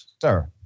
Sir